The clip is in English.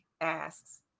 asks